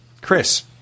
Chris